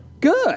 good